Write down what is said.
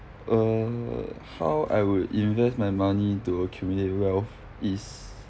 err how I would invest my money to accumulate wealth is